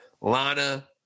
Lana